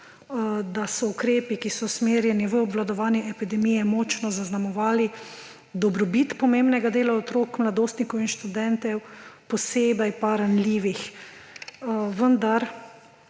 da so ukrepi, ki so usmerjeni v obvladovanje epidemije, močno zaznamovali dobrobit pomembnega dela otrok, mladostnikov in študentov, posebej pa ranljivih. Vendar